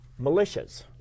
militias